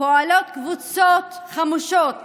פועלות קבוצות חמושות